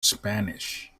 spanish